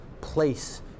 place